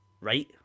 right